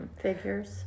Figures